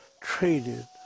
traded